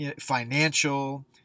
financial